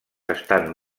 estan